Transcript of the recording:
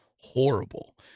horrible